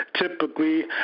Typically